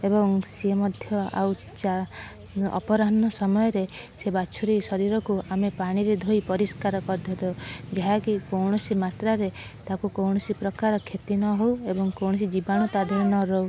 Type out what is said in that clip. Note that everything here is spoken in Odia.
ଏବଂ ସିଏ ମଧ୍ୟ ଆଉ ଚା ଅପରାହ୍ନ ସମୟରେ ସିଏ ବାଛୁରୀ ଶରୀରକୁ ଆମେ ପାଣିରେ ଧୋଇ ପରିଷ୍କାର କରି ଧୋଇଥାଉ ଯାହାକି କୌଣସି ମାତ୍ରାରେ ତାକୁ କୌଣସି ପ୍ରକାର କ୍ଷତି ନ ହେଉ ଏବଂ କୌଣସି ଜୀବାଣୁ ତା ଦେହରେ ନ ରହୁ